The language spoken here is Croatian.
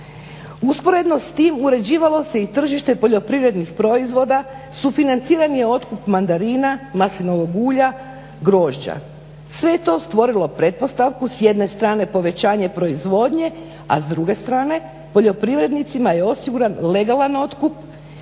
Usporedno s tim uređivalo se i tržište poljoprivrednih proizvoda, sufinanciran je otkup mandarina, maslinovog ulja, grožđa. Sve je to stvorilo pretpostavku s jedne strane, povećanje proizvodnje, a s druge strane, poljoprivrednicima je osiguran legalan otkup